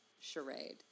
charade